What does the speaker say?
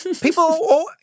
People